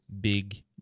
big